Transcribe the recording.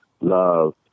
love